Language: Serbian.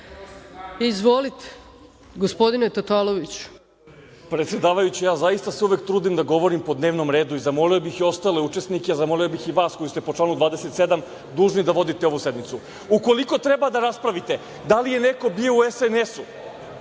**Filip Tatalović** Predsedavajuća, ja se zaista uvek trudim da govorim po dnevnom redu i zamolio bih i ostale učesnike, a zamolio bih i vas koji ste po članu 27. dužni da vodite ovu sednicu. Ukoliko treba da raspravite da li je neko bio u SNS,